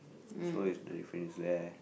so is the different is there